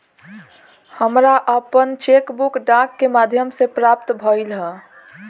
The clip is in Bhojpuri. हमरा आपन चेक बुक डाक के माध्यम से प्राप्त भइल ह